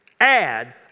add